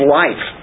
life